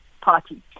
party